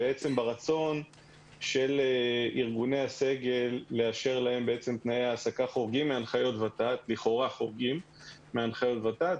ברצון של ארגוני הסגל לאשר להם תנאי העסקה לכאורה חורגים מהנחיות ות"ת,